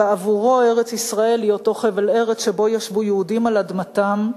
בעבורו ארץ-ישראל היא אותו חבל ארץ שבו ישבו יהודים על אדמתם.